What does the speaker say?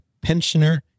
pensioner